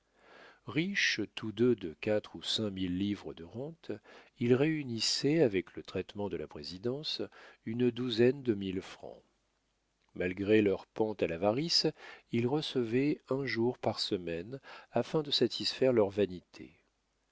riches tous deux de quatre ou cinq mille livres de rente ils réunissaient avec le traitement de la présidence une douzaine de mille francs malgré leur pente à l'avarice ils recevaient un jour par semaine afin de satisfaire leur vanité